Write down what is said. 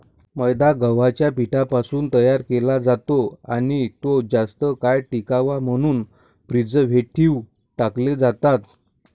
मैदा गव्हाच्या पिठापासून तयार केला जातो आणि तो जास्त काळ टिकावा म्हणून प्रिझर्व्हेटिव्ह टाकले जातात